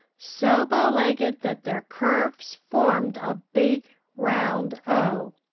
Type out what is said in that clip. so bow-legged that their curves formed a big round o.